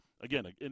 Again